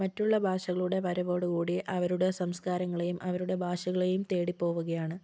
മറ്റുള്ള ഭാഷകളുടെ വരവോടു കൂടി അവരുടെ സംസ്കാരങ്ങളേയും അവരുടെ ഭാഷകളേയും തേടിപ്പോവുകയാണ്